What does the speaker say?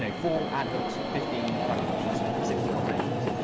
ah four ad hooks, fifteen targeting options, sixty combinations.